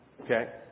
Okay